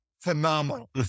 phenomenal